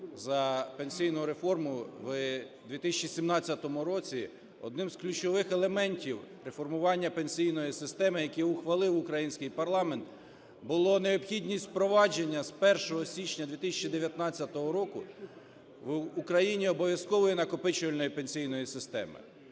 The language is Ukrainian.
за пенсійну реформу в 2017 році одним із ключових елементів реформування пенсійної системи, який ухвалив український парламент, було необхідність впровадження з 1 січня 2019 року в Україні обов'язкової накопичувальної пенсійної системи.